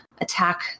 attack